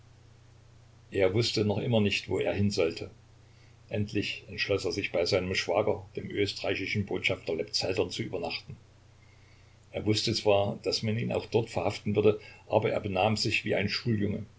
er wußte noch immer nicht wo er hin sollte endlich entschloß er sich bei seinem schwager dem österreichischen botschafter lebzeltern zu übernachten er wußte zwar daß man ihn auch dort verhaften würde aber er benahm sich wie ein schuljunge